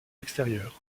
extérieurs